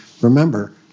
remember